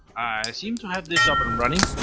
seem to have this up and running.